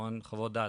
המון חוות דעת,